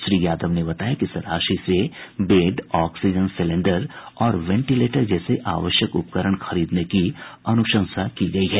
श्री यादव ने बताया कि इस राशि से बेड ऑक्सीजन सिलेंडर और वेंटिलेटर जैसे आवश्यक उपकरण खरीदने की अनुशंसा की गयी है